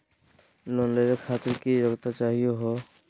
Loan लेवे खातीर की योग्यता चाहियो हे?